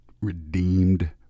redeemed